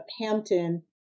Hampton